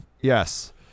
Yes